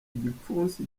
igipfunsi